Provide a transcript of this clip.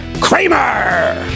Kramer